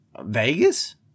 Vegas